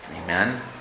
Amen